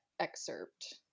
Excerpt